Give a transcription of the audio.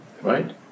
Right